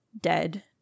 dead